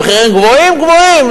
במרכז המחירים גבוהים, גבוהים.